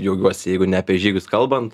džiaugiuosi jeigu ne apie žygius kalbant